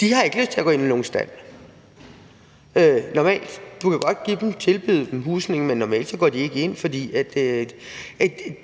normalt ikke lyst til at gå ind i nogen stald. Vi kunne godt tilbyde dem husning, men normalt går de ikke ind, for